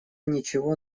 ничего